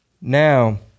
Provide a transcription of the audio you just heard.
Now